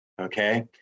Okay